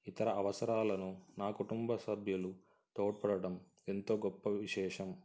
ఇతర అవసరాలను నా కుటుంబ సభ్యులు తోడ్పడటం ఎంతో గొప్ప విశేషం